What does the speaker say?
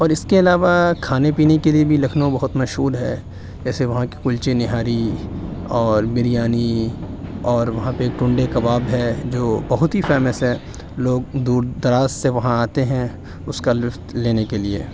اور اس کے علاوہ کھانے پینے کے لیے بھی لکھنؤ بہت مشہور ہے جیسے وہاں کے کلچے نہاری اور بریانی اور وہاں پہ ٹونڈے کباب ہے جو بہت ہی فیمس ہے لوگ دور دراز سے وہاں آتے ہیں اس کا لطف لینے کے لیے